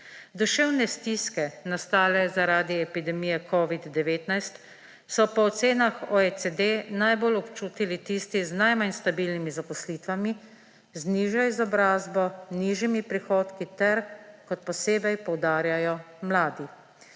Duševne stiske, nastale zaradi epidemije covid-19, so po ocenah OECD najbolj občutili tisti z najmanj stabilnimi zaposlitvami, z nižjo izobrazbo, nižjimi prihodki ter, kot posebej poudarjajo, mladi.